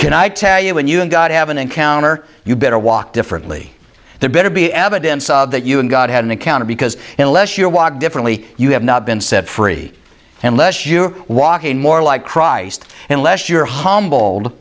can i tell you when you and god have an encounter you better walk differently there better be evidence of that you and god had an encounter because unless you're walk differently you have not been set free unless you walk in more like christ unless you're humble